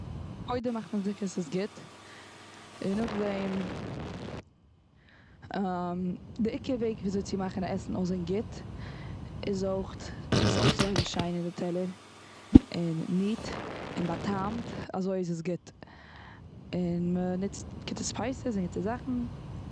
קודם מאכט מען זיכער ס'איז גוט. און נאכדעם, די עיקר וועג וויאזוי צי מאכן א עסן אויסזען גוט, איז אויכט עס אויסלייגן שיין אין די טעלער, און ניעט, און בע'טעמט און אזוי איז עס גוט. און מ'ניצט גוטע ספייסעס, און גוטע זאכן.